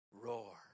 roar